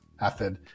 method